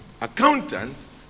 accountants